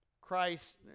Christ